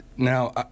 now